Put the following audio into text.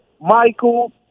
Michael